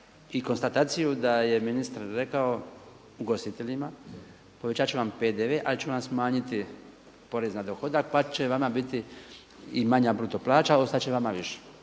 i konstataciju da je ministar rekao ugostiteljima povećat ću vam PDV, ali ću vam smanjiti porez na dohodak pa će vama biti i manja bruto plaća ostat će vama više.